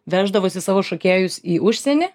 veždavosi savo šokėjus į užsienį